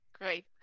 Great